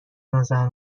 نظر